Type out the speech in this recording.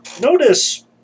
Notice